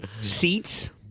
seats